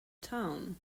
town